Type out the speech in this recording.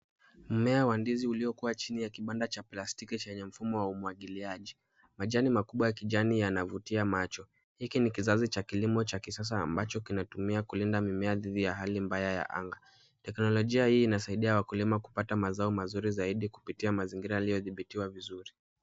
Mmea wa ndizi uliokuwa chini ya kibanda cha plastiki chenye mfumo wa umwagiliaji. Majani maubwa ya kijani yanavutia macho. Hiki ni kizazi cha kilimo cha kisasa ambacho kinatumia kulinda mimea dhidi ya hali mbaya ya anga. Teknolojia hii inasaidia wakulima kupata mazao mazuri zaidi kupitia mazingira yaliyozingatiwa vizuri.